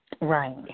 right